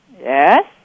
Yes